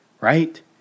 right